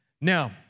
Now